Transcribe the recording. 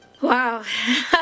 Wow